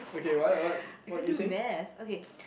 I can't do math okay